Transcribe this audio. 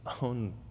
own